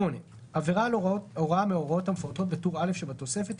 עבירה מנהלית עבירה על הוראה מההוראות המפורטות בטור א' שבתוספת,